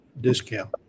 discount